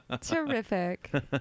Terrific